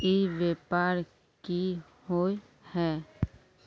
ई व्यापार की होय है?